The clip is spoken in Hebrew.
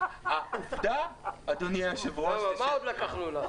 מה עוד לקחנו לך?